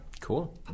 Cool